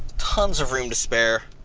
tons of room to spare.